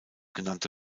genannte